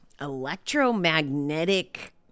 electromagnetic